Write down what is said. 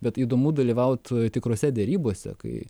bet įdomu dalyvaut tikrose derybose kai